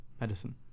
medicine